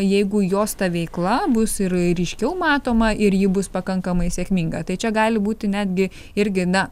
jeigu jos ta veikla bus ir ryškiau matoma ir ji bus pakankamai sėkminga tai čia gali būti netgi irgi na